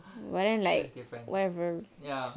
so it's different ya